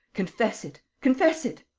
confess it, confess it!